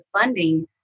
funding